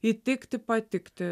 įtikti patikti